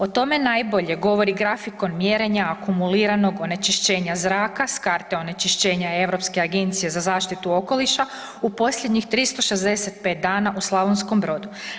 O tome najbolje govori grafikon mjerenja akumuliranog onečišćenja zraka s karte onečišćenja Europske agencije za zaštitu okoliša u posljednjih 365 dana u Slavonskom Brodu.